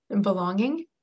belonging